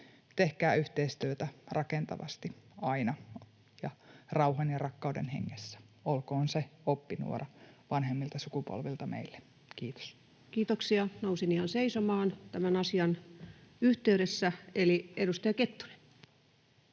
Tehkää yhteistyötä rakentavasti aina ja rauhan ja rakkauden hengessä. Olkoon se oppinuora vanhemmilta sukupolvilta meille. — Kiitos. Kiitoksia. Nousin ihan seisomaan tämän asian yhteydessä. [Varapuhemiehet